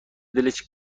دلش